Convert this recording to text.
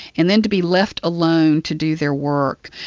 and then to be left alone to do their work.